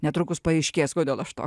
netrukus paaiškės kodėl aš to